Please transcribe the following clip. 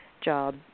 job